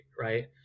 right